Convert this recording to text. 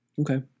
okay